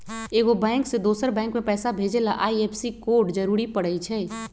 एगो बैंक से दोसर बैंक मे पैसा भेजे ला आई.एफ.एस.सी कोड जरूरी परई छई